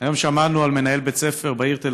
היום שמענו על מנהל בית ספר בעיר תל